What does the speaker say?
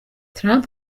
trump